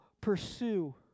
pursue